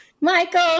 Michael